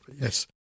Yes